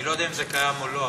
אני לא יודע אם זה קיים או לא,